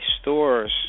stores